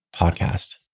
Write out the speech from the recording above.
podcast